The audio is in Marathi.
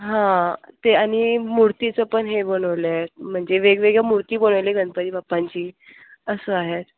हां ते आणि मूर्तीचं पण हे बनवलं आहे म्हणजे वेगवेगळ्या मूर्ती बनवल्या गणपती बाप्पांची असं आहे